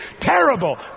terrible